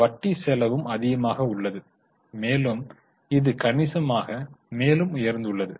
வட்டி செலவும் அதிகமாக உள்ளது மேலும் இது கணிசமாக மேலும் உயர்ந்துள்ளது